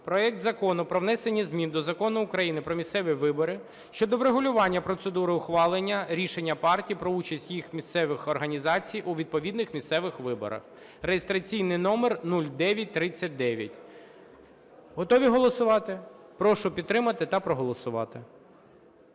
проект Закону про внесення змін до Закону України "Про місцеві вибори" щодо врегулювання процедури ухвалення рішення партії про участь її місцевих організацій у відповідних місцевих виборах (реєстраційний номер 0939). Готові голосувати? Прошу підтримати та проголосувати.